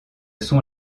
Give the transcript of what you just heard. sont